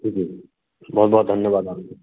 ठीक है बहुत बहुत धन्यवाद